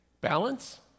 Balance